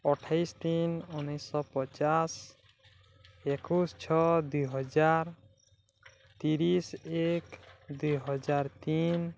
ଅଠେଇଶ ତିନି ଉଣେଇଶହ ପଚାଶ ଏକୋଇଶ ଛଅ ଦୁଇ ହଜାର ତିରିଶ ଏକ ଦୁଇ ହଜାର ତିନି